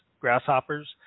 grasshoppers